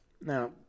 Now